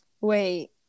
Wait